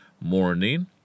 morning